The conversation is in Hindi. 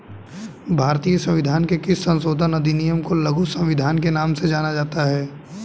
भारतीय संविधान के किस संशोधन अधिनियम को लघु संविधान के नाम से जाना जाता है?